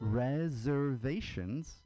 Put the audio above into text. reservations